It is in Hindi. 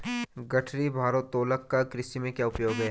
गठरी भारोत्तोलक का कृषि में क्या उपयोग है?